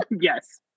yes